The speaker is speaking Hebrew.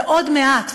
ועוד מעט,